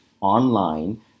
online